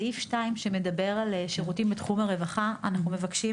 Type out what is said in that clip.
בסעיף (2) שמדבר על שירותים בתחום הרווחה אנחנו מבקשים